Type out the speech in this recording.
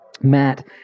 Matt